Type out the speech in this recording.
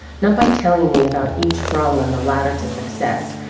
not by telling me about each rung on the ladder to success,